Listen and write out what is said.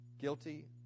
guilty